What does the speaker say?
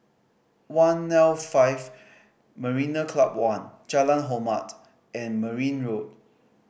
one'l five Marina Club One Jalan Hormat and Merryn Road